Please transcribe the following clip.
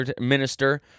minister